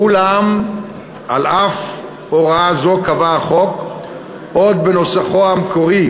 ואולם על אף הוראה זאת קבע החוק עוד בנוסחו המקורי